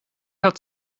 hat